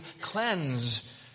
Cleanse